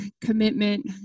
commitment